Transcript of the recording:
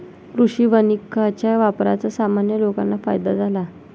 कृषी वानिकाच्या वापराचा सामान्य लोकांना फायदा झाला